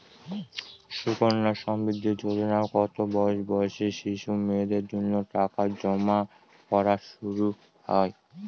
সুকন্যা সমৃদ্ধি যোজনায় কত বছর বয়সী শিশু মেয়েদের জন্য টাকা জমা করা শুরু হয়?